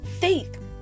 faith